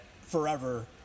forever